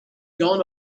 gone